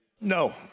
No